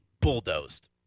bulldozed